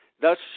Thus